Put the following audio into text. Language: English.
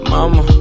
Mama